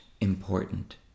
important